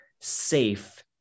safe